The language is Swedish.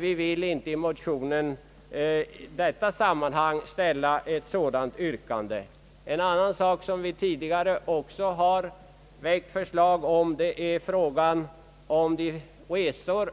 Vi vill i dag dock icke ställa ett sådant yrkande. Vi har tidigare också väckt förslag om det